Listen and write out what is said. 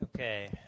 Okay